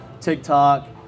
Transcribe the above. TikTok